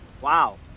Wow